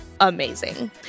amazing